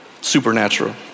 supernatural